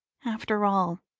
after all,